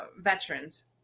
veterans